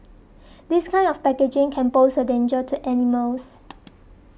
this kind of packaging can pose a danger to animals